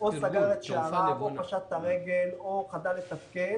או סגר את שעריו או פשט את הרגל או חדל לתפקד,